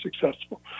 successful